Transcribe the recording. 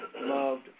loved